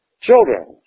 Children